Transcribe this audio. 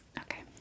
okay